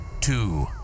Two